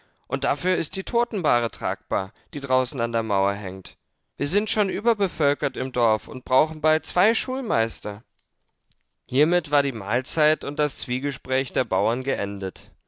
und dafür ist die totenbahre tragbar die draußen an der mauer hängt wir sind schon übervölkert im dorf und brauchen bald zwei schulmeister hiermit war die mahlzeit und das zwiegespräch der bauern geendet